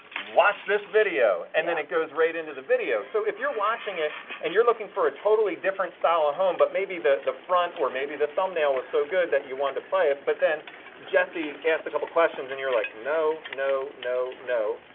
watch this video and then it goes right into the video. so if you're watching it and you're looking for a totally different style of ah home but maybe the the front or maybe the thumbnail was so good that you wanted to play it, but then jesse asked a couple questions and you're like, no, no, no, no.